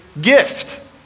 gift